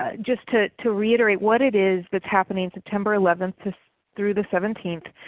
ah just to to reiterate what it is that's happening september eleven through the seventeenth.